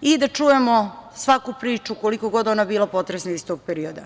i da čujemo svaku priču koliko god bila ona potresna iz tog perioda.